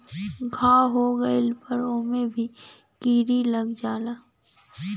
घाव हो गइले पे ओमे भी कीरा लग जाला